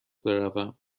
بروم